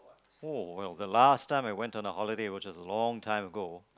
oh well the last time I went on a holiday which was a long time ago